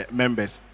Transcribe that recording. members